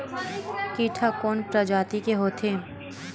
कीट ह कोन प्रजाति के होथे?